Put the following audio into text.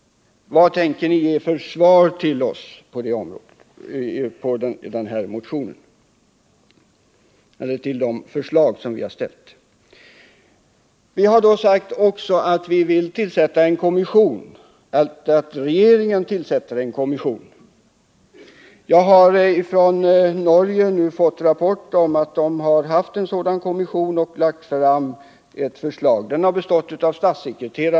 Vilket svar tänker ni ge oss när det gäller våra förslag? Vi har också föreslagit att regeringen skall tillsätta en kommission. Jag har från Norge fått en rapport om att man där haft en sådan kommission som lagt fram ett förslag. Den har bestått av statssekreterare.